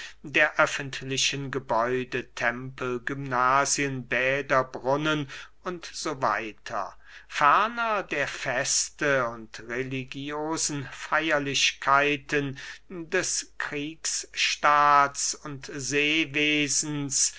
der öffentlichen gebäude tempel gymnasien bäder brunnen u s w ferner der feste und religiösen feyerlichkeiten des kriegsstaats und seewesens